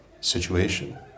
situation